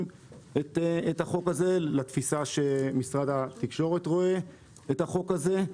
את החוק הזה לתפיסה שמשרד התקשורת רואה את החוק הזה.